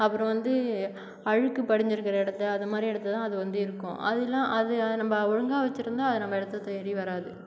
அப்புறம் வந்து அழுக்குப் படிஞ்சுருக்கற இடத்துல அது மாதிரி இடத்துல தான் அது வந்து இருக்கும் அதெலாம் அது நம்ம ஒழுங்காக வெச்சுருந்தா அது நம்ம இடத்த தேடி வராது